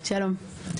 שלום.